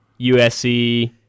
USC